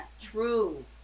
true